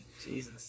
Jesus